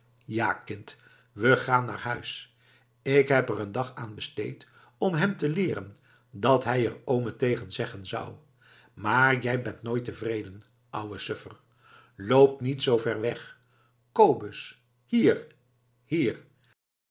ja kind we gaan naar huis ik heb er een dag aan besteed om hem te leeren dat hij er oome tegen zeggen zou maar jij bent nooit tevreden ouwe suffer loop niet zoo ver weg kobus hier hier